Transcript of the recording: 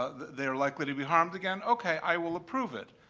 ah they're likely to be harmed again. ok, i will approve it.